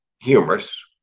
humorous